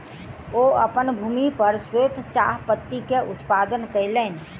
ओ अपन भूमि पर श्वेत चाह पत्ती के उत्पादन कयलैन